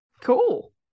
cool